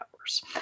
hours